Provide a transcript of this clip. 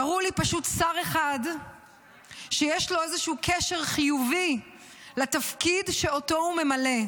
תראו לי פשוט שר אחד שיש לו איזשהו קשר חיובי לתפקיד שהוא ממלא.